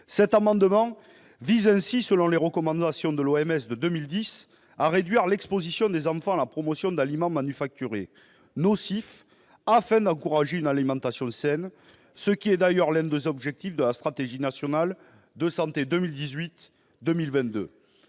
Cet amendement vise ainsi, selon les recommandations de l'OMS de 2010, à réduire l'exposition des enfants à la promotion d'aliments manufacturés nocifs, afin d'encourager une alimentation saine, ce qui est d'ailleurs l'un des objectifs de la stratégie nationale de santé pour